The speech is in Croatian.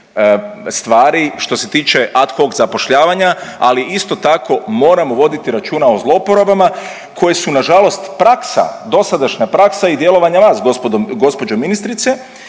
stvari što se tiče ad hoc zapošljavanja, ali isto tako moramo voditi računa o zlouporabama koje su nažalost praksa, dosadašnja praksa i djelovanje vas gđo. ministrice